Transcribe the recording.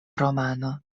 romano